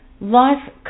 Life